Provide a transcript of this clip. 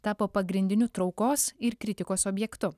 tapo pagrindiniu traukos ir kritikos objektu